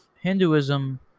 Hinduism